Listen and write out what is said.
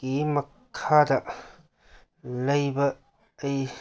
ꯀꯤ ꯃꯈꯥꯗ ꯂꯩꯕ ꯑꯩ